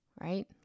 right